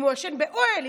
אם הם ישנים באוהל,